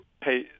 pay